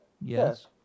Yes